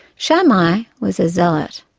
shammai was a zealot,